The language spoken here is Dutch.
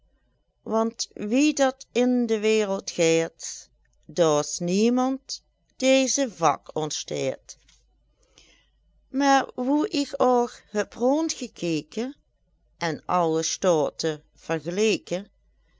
want wie dat in de wereld geit dao's niemand dee ze vak aonsteit mer woe ich ouch héb rondgekeken en alle staoten